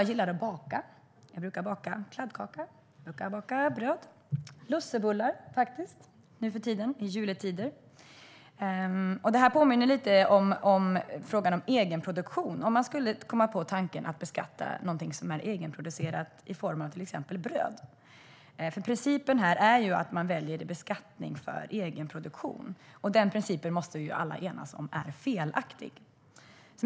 Jag gillar att baka. Jag brukar baka kladdkaka, bröd och lussebullar så här i juletider. Det påminner lite om frågan om egenproduktion och om man skulle komma på tanken att beskatta någonting som är egenproducerat i form av till exempel bröd, för principen här är ju att man väljer beskattning av egenproduktion. Och den principen måste vi ju alla enas om är felaktig.